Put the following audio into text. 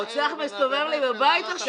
רוצח מסתובב לי בבית עכשיו.